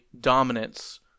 dominance